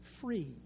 free